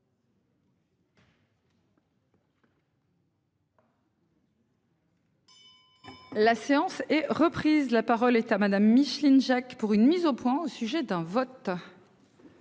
La séance est reprise. La parole est à Madame Micheline Jacques pour une mise au point, au sujet d'un vote.